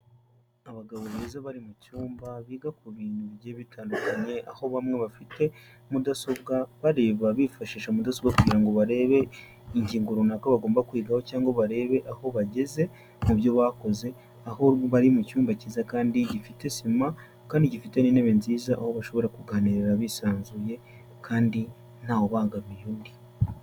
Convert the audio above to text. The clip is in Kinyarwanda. Abagabo beza bari mu cyumba biga ku bintu bigiye bitandukanye, aho bamwe bafite mudasobwa bareba bifashisha mudasobwa kugira ngo barebe ingingo runaka bagomba kwigaho, cyangwa barebe aho bageze mu byo bakoze, aho bari mu cyumba cyiza kandi gifite sima, kandi gifite n'intebe nziza, aho bashobora kuganirira bisanzuye kandi ntawe ubangamiye undi.